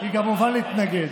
היא כמובן להתנגד.